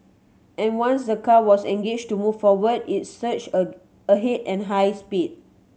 and once the car was engaged to move forward it surged a ahead at high speed